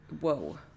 Whoa